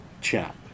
chap